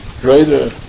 greater